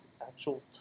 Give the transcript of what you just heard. actual